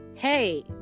Hey